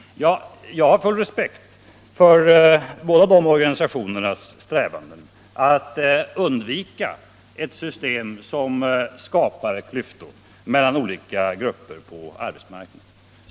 Ja, och jag har full förståelse för båda organisationernas strävanden att undvika ett system som skapar nya klyftor mellan olika grupper på arbetsmarknaden.